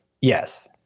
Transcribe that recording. Yes